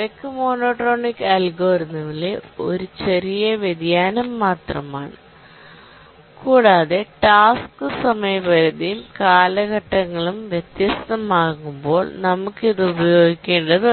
rate monotonic അൽഗോരിതിമിലെ ഒരു ചെറിയ വ്യതിയാനം മാത്രമാണ് കൂടാതെ ടാസ്ക് സമയപരിധിയും കാലഘട്ടങ്ങളും വ്യത്യസ്തമാകുമ്പോൾ നമുക്ക് ഇത് ഉപയോഗിക്കേണ്ടതുണ്ട്